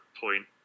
point